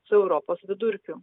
su europos vidurkiu